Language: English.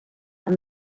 and